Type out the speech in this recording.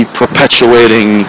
perpetuating